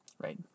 Right